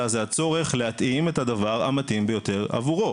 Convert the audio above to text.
אלא זה הצורך להתאים את הדבר המתאים ביותר עבורו.